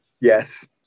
Yes